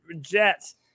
Jets